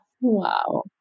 wow